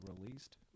released